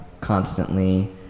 constantly